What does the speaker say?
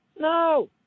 No